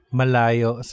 malayo